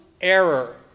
error